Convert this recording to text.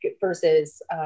versus